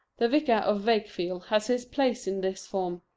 the vicar of wakefield has his place in this form.